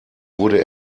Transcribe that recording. wurde